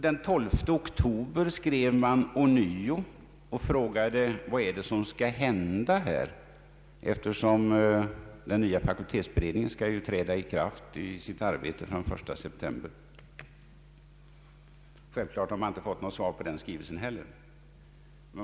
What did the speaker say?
Den 12 oktober skrev de igen och frågade vad som skulle hända, eftersom den nya fakultetsberedningen ju skulle börja sitt arbete den 1 september. Självklart har studentkårerna inte fått något svar på denna skrivelse heller.